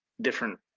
different